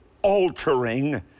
Altering